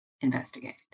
investigated